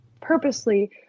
purposely